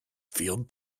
field